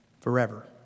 forever